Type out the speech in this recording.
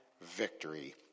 victory